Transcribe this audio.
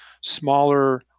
smaller